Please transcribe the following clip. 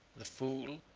the fool